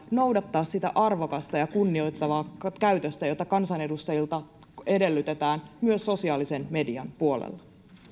noudattaa sitä arvokasta ja kunnioittavaa käytöstä jota kansanedustajilta edellytetään myös sosiaalisen median puolella